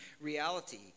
reality